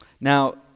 Now